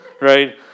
right